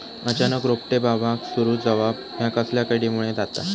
अचानक रोपटे बावाक सुरू जवाप हया कसल्या किडीमुळे जाता?